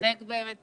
אתה צודק באמת.